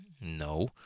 no